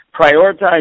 Prioritize